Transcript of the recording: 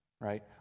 right